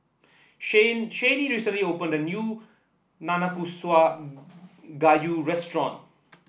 Shanae recently opened a new Nanakusa Gayu restaurant